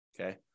Okay